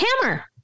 Hammer